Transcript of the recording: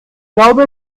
glaube